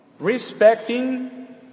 Respecting